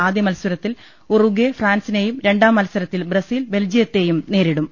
ആദൃമത്സ രത്തിൽ ഉറുഗ്വേ ഫ്രാൻസിനെയും രണ്ടാം മത്സ്രത്തിൽ ബ്രസീൽ ബെൽജിയത്തെയും നേരിടും